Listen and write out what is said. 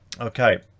okay